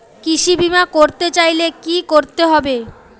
কৃষি বিমা করতে চাইলে কি করতে হবে?